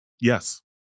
Yes